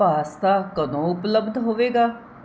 pasta ਕਦੋਂ ਉਪਲਬਧ ਹੋਵੇਗਾ